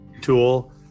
tool